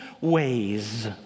ways